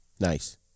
Nice